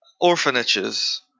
orphanages